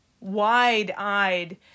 wide-eyed